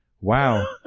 Wow